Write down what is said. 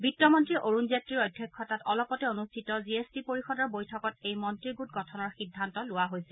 বিত্তমন্ত্ৰী অৰুণ জেটলীৰ অধ্যক্ষতাত অলপতে অনুষ্ঠিত জি এছ টি পৰিষদৰ বৈঠকত এই মন্ত্ৰীগোট গঠনৰ সিদ্ধান্ত লোৱা হৈছিল